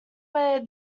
where